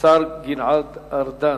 השר גלעד ארדן,